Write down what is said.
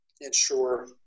ensure